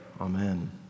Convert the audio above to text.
Amen